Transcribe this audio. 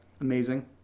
Amazing